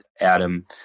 Adam